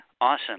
Awesome